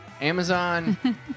Amazon